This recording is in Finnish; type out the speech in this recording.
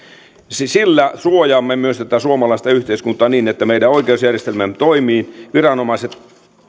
sillä suojaamme myös tätä suomalaista yhteiskuntaa niin että meidän oikeusjärjestelmä toimii viranomaiset